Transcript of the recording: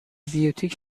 بیوتیک